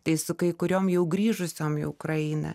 tai su kai kuriom jau grįžusiom į ukrainą